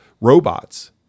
robots